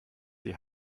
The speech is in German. die